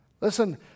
Listen